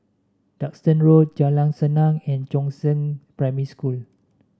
Duxton Road Jalan Senang and Chongzheng Primary School